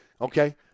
Okay